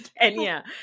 Kenya